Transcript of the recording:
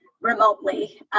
Remotely